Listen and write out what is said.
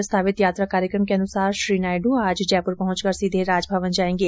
प्रस्तावित यात्रा कार्यक्रम के अनुसार श्री नायडू आज जयपुर पहुंचकर सीधे राजमवन जाएंगे